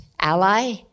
ally